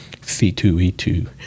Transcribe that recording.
C2E2